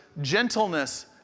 gentleness